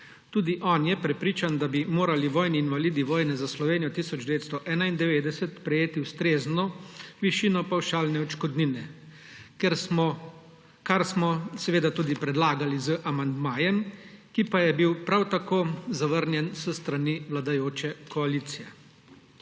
Tudi on je prepričan, da bi morali vojni invalidi vojne za Slovenijo 1991 prejeti ustrezno višino pavšalne odškodnine, kar smo tudi predlagali z amandmajem, ki pa je bil prav tako zavrnjen s strani vladajoče koalicije.